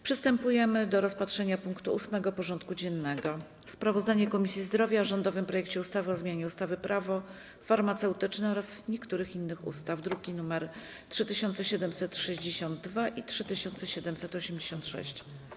Przystępujemy do rozpatrzenia punktu 8. porządku dziennego: Sprawozdanie Komisji Zdrowia o rządowym projekcie ustawy o zmianie ustawy Prawo farmaceutyczne oraz niektórych innych ustaw (druki nr 3762 i 3786)